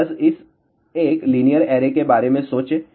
तो बस इस एक लीनियर ऐरे के बारे में सोचें